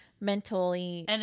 mentally